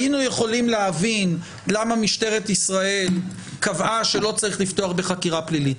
היינו יכולים להבין למה משטרת ישראל קבעה שלא צריך לפתוח בחקירה פלילית,